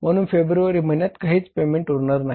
म्हणून फेब्रुवारी महिन्यात काहीच पेमेंट उरणार नाही